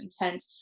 intent